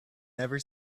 never